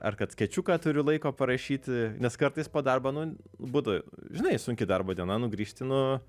ar kad skečiuką turiu laiko parašyti nes kartais po darbo nu būdavo žinai sunki darbo diena nu grįžti nu